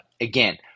again